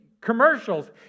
commercials